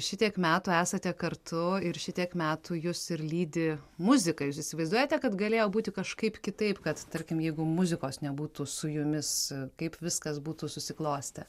šitiek metų esate kartu ir šitiek metų jus ir lydi muzika jūs įsivaizduojate kad galėjo būti kažkaip kitaip kad tarkim jeigu muzikos nebūtų su jumis kaip viskas būtų susiklostę